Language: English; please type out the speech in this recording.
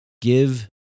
give